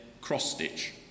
cross-stitch